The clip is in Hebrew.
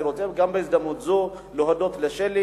אני רוצה בהזדמנות זו גם להודות לשלי